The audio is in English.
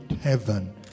heaven